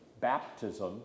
baptism